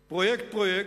כך פרויקט-פרויקט.